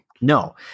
No